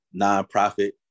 nonprofit